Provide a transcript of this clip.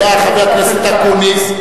היה חבר הכנסת אקוניס,